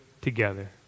together